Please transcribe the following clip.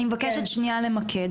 אני רוצה למקד.